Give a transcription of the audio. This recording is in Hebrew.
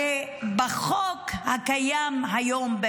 הרי בחוק הקיים היום,